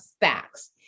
facts